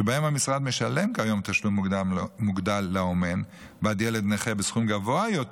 שבהם המשרד משלם כיום תשלום מוגדל לאומן בעד ילד נכה בסכום גבוה יותר